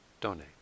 donate